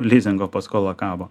lizingo paskola kabo